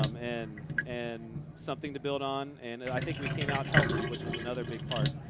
um and and something to build on and i think we came out healthy, which was another big part.